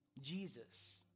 Jesus